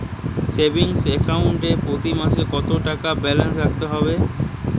Savings account এ প্রতি মাসে কতো টাকা ব্যালান্স রাখতে হবে?